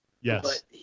Yes